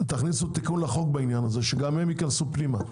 תכניסו תיקון חוק לעניין הזה שגם הם ייכנסו פנימה.